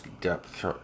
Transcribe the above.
depth